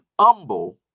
humble